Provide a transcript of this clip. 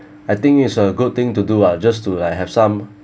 I think it's a good thing to do lah just to like have some